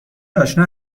آشنا